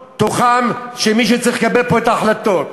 תוכם של מי שצריך לקבל פה את ההחלטות.